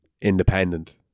independent